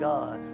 God